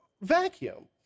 vacuum